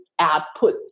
outputs